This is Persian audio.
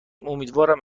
امیدوارم